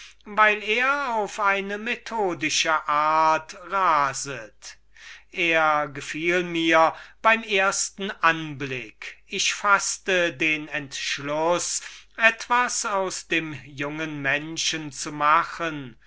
weil er auf eine methodische art raset er gefiel mir beim ersten anblick ich faßte den entschluß etwas aus diesem jungen menschen zu machen